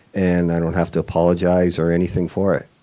and i don't have to apologize or anything for it.